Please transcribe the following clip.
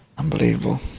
Unbelievable